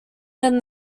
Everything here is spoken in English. than